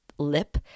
Lip